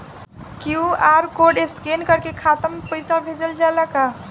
QR code scan करके खाता में पैसा भेजल जाला का?